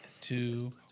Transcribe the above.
two